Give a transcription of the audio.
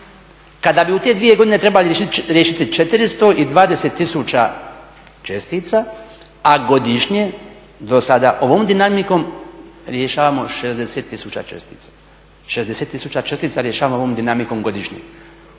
kada bi u te dvije godine trebali riješiti 420 tisuća čestica, a godišnje dosada ovom dinamikom rješavamo 60 tisuća čestica. Prema tome, nama bi trebalo još, ovom dinamikom 7 godina.